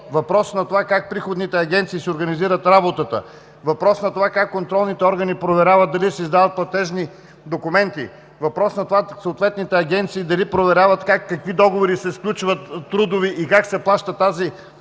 въпрос на това как приходните агенции си организират работата, въпрос на това как контролните органи проверяват дали се издават платежни документи, въпрос на това съответните агенции дали проверяват как и какви договори се сключват – трудови, и как се плащат тези трудови